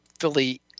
Philly